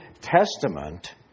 Testament